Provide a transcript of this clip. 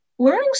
Learning